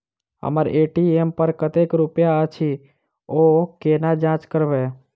हम्मर ए.टी.एम पर कतेक रुपया अछि, ओ कोना जाँच करबै?